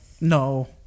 No